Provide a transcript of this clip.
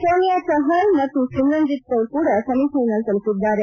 ಸೋನಿಯಾ ಚಹಾಲ್ ಮತ್ತು ಸಿಮ್ರನ್ಜಿತ್ ಕೌರ್ ಕೂಡ ಸೆಮಿಫೈನಲ್ ತಲುಪಿದ್ದಾರೆ